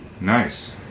nice